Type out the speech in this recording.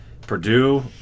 Purdue